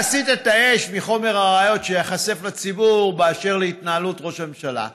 להסיט את האש מחומר הראיות שייחשף לציבור באשר להתנהלות ראש הממשלה.